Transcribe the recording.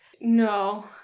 No